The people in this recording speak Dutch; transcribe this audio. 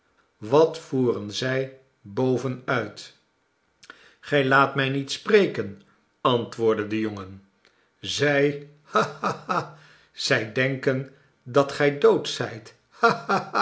wat voeren zij boven uit gij laat mij niet spreken antwoordde de jongen zij ha ha ha zij denken dat gij doodzljt